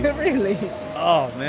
but really oh, man.